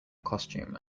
costume